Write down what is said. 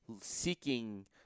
seeking